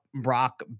brock